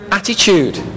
attitude